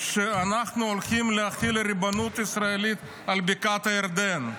שאנחנו הולכים להחיל ריבונות ישראלית על בקעת הירדן.